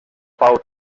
pau